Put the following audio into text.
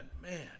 Man